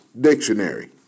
Dictionary